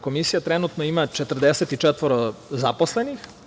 Komisija trenutno ima 44 zaposlenih.